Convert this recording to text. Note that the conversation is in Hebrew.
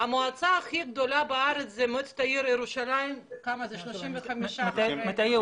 המועצה הגדולה ביותר בארץ היא מועצת העיר ירושלים עם 31 אנשים.